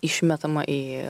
išmetama į